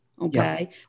Okay